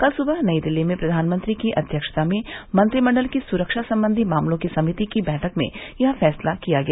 कल सुबह नई दिल्ली में प्रधानमंत्री की अध्यक्षता में मंत्रिमंडल की सुरक्षा संबंधी मामलों की समिति की बैठक में यह फैसला किया गया